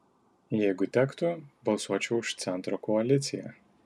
jeigu tektų balsuočiau už centro koaliciją